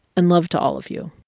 and love to all of you.